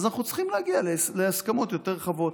אז אנחנו צריכים להגיע להסכמות יותר רחבות.